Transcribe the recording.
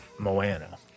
Moana